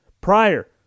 Prior